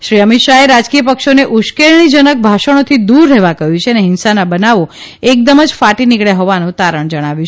શ્રી અમીત શાહે રાજકીય પક્ષોને ઉશ્કેરણીજનક ભાષણોથી દૂર રહેવા કહ્યું અને હીંસાના બનાવો એકદમ જ ફાટી નીકબ્યાં હોવાનું તારણ જણાવ્યું